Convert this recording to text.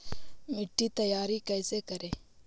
मिट्टी तैयारी कैसे करें?